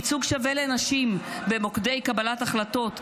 ייצוג שווה לנשים במוקדי קבלת ההחלטות,